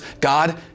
God